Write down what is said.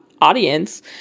audience